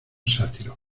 sátiro